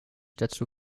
dazu